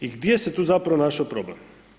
I gdje se tu zapravo našao problem?